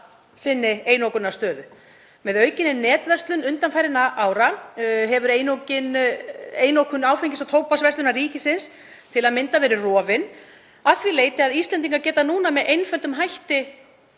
halda einokunarstöðu sinni. Með aukinni netverslun undanfarinna ára hefur einokun Áfengis- og tóbaksverslunar ríkisins til að mynda verið rofin að því leyti að Íslendingar geta núna með einföldum hætti